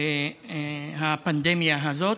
הפנדמיה הזאת,